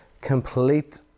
Complete